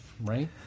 right